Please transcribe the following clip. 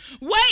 wait